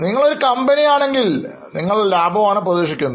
നിങ്ങൾ ഒരു കമ്പനി ആണെങ്കിൽ വ്യക്തമായും നിങ്ങൾ ലാഭമാണ് പ്രതീക്ഷിക്കുന്നത്